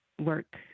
work